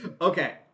Okay